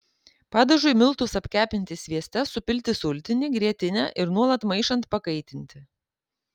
padažui miltus apkepinti svieste supilti sultinį grietinę ir nuolat maišant pakaitinti